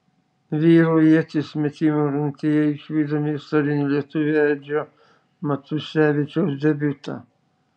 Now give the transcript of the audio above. vyrų ieties metimo rungtyje išvydome istorinį lietuvio edžio matusevičiaus debiutą